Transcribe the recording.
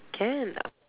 can